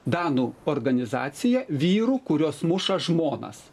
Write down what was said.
danų organizacija vyrų kuriuos muša žmonas